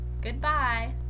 Goodbye